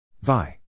Vi